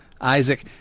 Isaac